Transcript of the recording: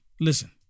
Listen